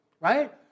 Right